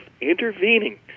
intervening